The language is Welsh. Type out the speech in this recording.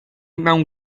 mewn